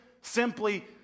simply